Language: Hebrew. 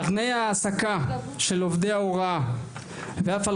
על תנאי ההעסקה של עובדי ההוראה ואף על